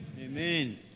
Amen